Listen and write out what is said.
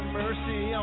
mercy